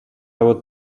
would